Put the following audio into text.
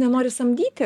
nenori samdyti